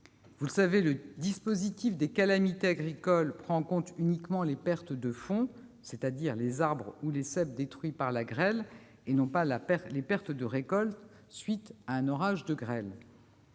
Vous le savez, le dispositif des calamités agricoles prend en compte uniquement les pertes de fonds, c'est-à-dire les arbres ou les ceps détruits par la grêle, et non les pertes de récolte à la suite d'un orage de grêle.